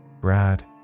Brad